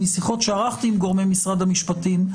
משיחות שערכתי עם גורמי משרד המשפטים,